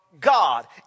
God